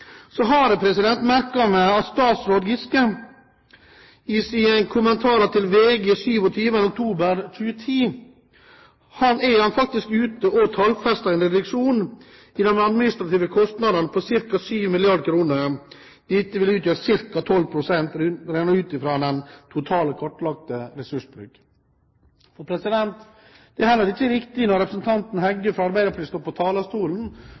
Så har jeg merket meg at statsråd Giske i en kommentar til VG 27. oktober 2010 faktisk er ute og tallfester en reduksjon i de administrative kostnadene på ca. 7 mrd. kr. Dette vil utgjøre ca. 12 pst., regnet ut fra den totale kartlagte ressursbruk. Det er heller ikke riktig når representanten Heggø fra Arbeiderpartiet står på talerstolen